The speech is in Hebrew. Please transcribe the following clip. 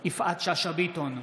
יפעת שאשא ביטון,